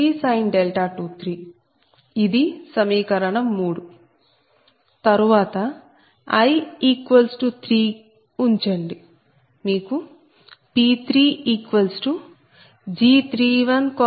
P2G21 21 B2121 G22G2323 B2323 ఇది సమీకరణం